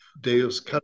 Deus